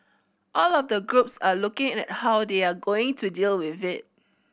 all of the groups are looking at how they are going to deal with it